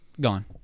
gone